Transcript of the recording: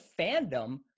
fandom